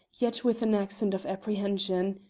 yet with an accent of apprehension,